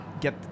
get